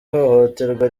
ihohoterwa